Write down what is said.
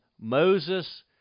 Moses